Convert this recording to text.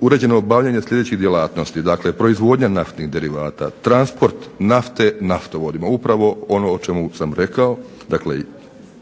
uređeno obavljanje sljedećih djelatnosti, dakle proizvodnja naftnih derivata, transport nafte naftovodima, upravo ono o čemu sam rekao, dakle